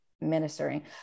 ministering